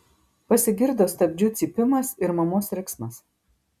pasigirdo stabdžių cypimas ir mamos riksmas